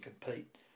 compete